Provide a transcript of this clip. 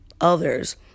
others